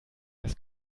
das